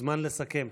זמן לסכם,